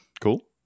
Cool